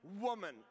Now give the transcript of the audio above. woman